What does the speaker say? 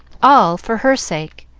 all for her sake.